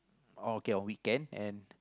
uh okay on weekend and